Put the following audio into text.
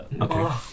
Okay